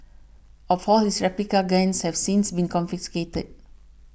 all for his replica guns have since been confiscated